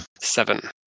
Seven